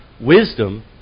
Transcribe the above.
wisdom